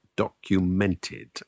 documented